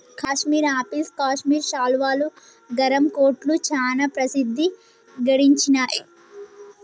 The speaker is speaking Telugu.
కాశ్మీర్ ఆపిల్స్ కాశ్మీర్ శాలువాలు, గరం కోట్లు చానా ప్రసిద్ధి గడించినాయ్